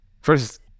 first